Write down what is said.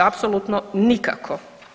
Apsolutno nikako.